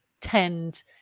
tend